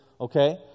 okay